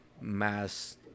mass